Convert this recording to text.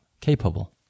capable